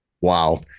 Wow